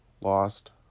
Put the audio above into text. lost